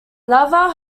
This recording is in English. laval